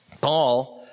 Paul